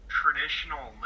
traditional